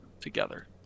together